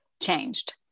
changed